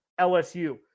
LSU